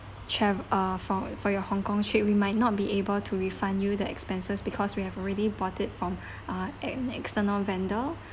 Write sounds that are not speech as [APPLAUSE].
trav~ uh for for your hong kong trip we might not be able to refund you the expenses because we have already bought it from [BREATH] uh an external vendor